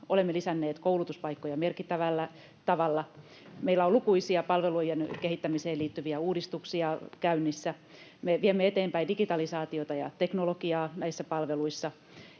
Olemme lisänneet koulutuspaikkoja merkittävällä tavalla. Meillä on lukuisia palvelujen kehittämiseen liittyviä uudistuksia käynnissä. Me viemme eteenpäin digitalisaatiota ja teknologiaa näissä palveluissa.